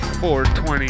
4.20